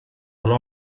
river